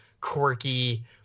quirky